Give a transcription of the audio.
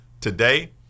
today